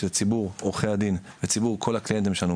שזה ציבור עורכי הדין וציבור כל הקליינטים שלנו,